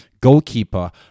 goalkeeper